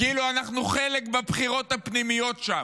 כאילו אנחנו חלק בבחירות הפנימיות שם.